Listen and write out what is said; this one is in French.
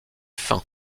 fin